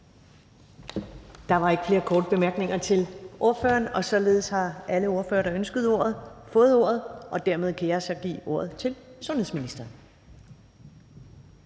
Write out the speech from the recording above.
Der er ikke flere korte bemærkninger til ordføreren. Således har alle ordførere, der ønskede ordet, fået ordet, og dermed kan jeg så give ordet til sundhedsministeren.